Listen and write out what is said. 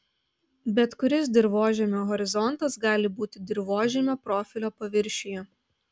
bet kuris dirvožemio horizontas gali būti dirvožemio profilio paviršiuje